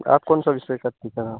आप कौनसे विषय के टीचर हैं